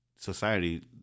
Society